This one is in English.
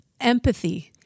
empathy